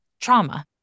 trauma